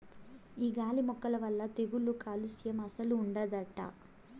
ఈ గాలి మొక్కల వల్ల తెగుళ్ళు కాలుస్యం అస్సలు ఉండదట